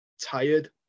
tired